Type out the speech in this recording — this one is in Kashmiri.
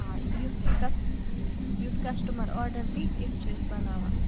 آ یُتھ تہِ تتھ یُتھ کَسٹٕمَر آرڈَر دیہِ تٮُ۪تھ چھِ أسۍ بَناوان